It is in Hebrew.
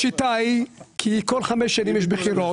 כי כל חמש שנים יש בחירות.